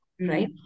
right